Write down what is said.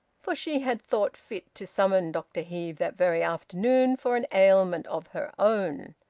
for she had thought fit to summon dr heve that very afternoon for an ailment of her own,